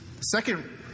Second